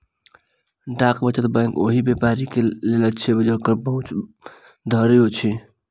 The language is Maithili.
डाक वचत बैंक ओहि व्यक्तिक लेल अछि जकर पहुँच बैंक धरि नै अछि